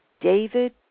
David